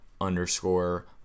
underscore